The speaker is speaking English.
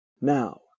Now